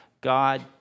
God